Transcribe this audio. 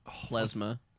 Plasma